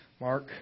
Mark